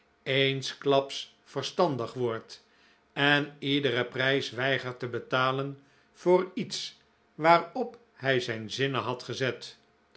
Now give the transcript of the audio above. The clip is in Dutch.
eensklaps verstandig wordt en iederen prijs weigert te betalen voor iets waarop hij zijn zinnen had gezet